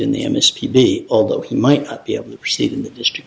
in the i'm a speedy although he might not be able to proceed in the district